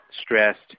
stressed